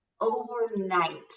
overnight